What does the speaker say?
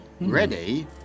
Ready